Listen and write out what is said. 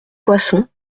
poisson